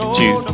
two